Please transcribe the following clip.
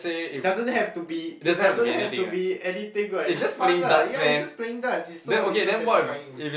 it doesn't have to be it doesn't have to be anything [what] it's fun lah ya it's just playing darts it's so it's so satisfying